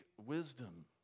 wisdom